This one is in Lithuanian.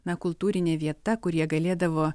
na kultūrinė vieta kur jie galėdavo